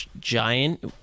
giant